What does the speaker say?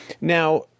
Now